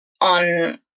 on